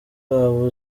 waba